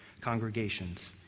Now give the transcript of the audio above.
congregations